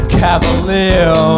cavalier